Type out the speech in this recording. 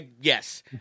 yes